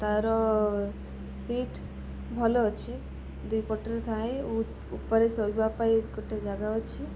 ତା'ର ସିଟ୍ ଭଲ ଅଛି ଦୁଇ ପଟରେ ଥାଏ ଉପରେ ଶୋଇବା ପାଇଁ ଗୋଟେ ଜାଗା ଅଛି